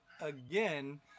again